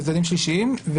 צדדים שלישיים.